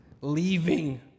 leaving